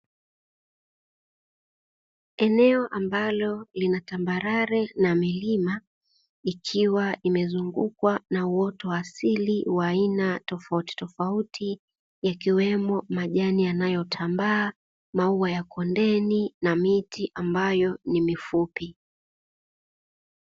Uwanda ambao ni tambarare na milima ikiwa imezungukwa na uoto wa asili wa aina tofauti tofauti, yakiwemo majani yanayotambaa. maua ya kondeni na miti ambayo nimefupi.